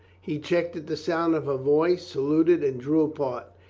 he checked at the sound of her voice, saluted and drew apart.